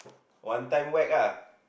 one time whack ah